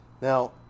Now